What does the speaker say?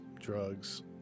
drugs